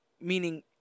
meaning